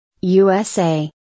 USA